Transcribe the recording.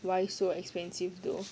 why so expensive though